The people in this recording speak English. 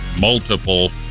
multiple